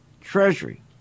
treasury